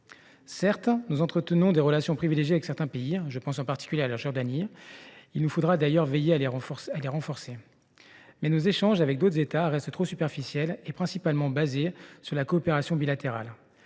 Certes, nous entretenons des relations privilégiées avec certains pays, en particulier la Jordanie ; il nous faudra d’ailleurs veiller à les renforcer. Mais nos échanges avec d’autres États restent trop superficiels et principalement basés sur la coopération bilatérale.